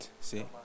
see